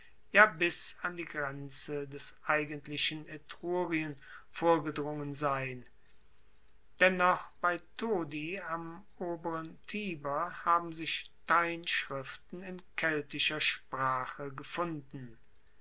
ja bis an die grenze des eigentlichen etrurien vorgedrungen sein denn noch bei todi am oberen tiber haben sich steinschriften in keltischer sprache gefunden